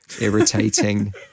irritating